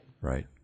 Right